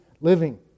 living